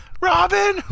Robin